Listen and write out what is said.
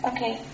Okay